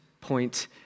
point